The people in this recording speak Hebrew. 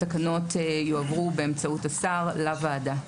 התקנות יועברו באמצעות השר לוועדה.